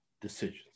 decisions